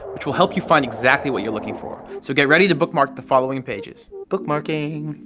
which will help you find exactly what you're looking for. so get ready to bookmark the following pages bookmarking!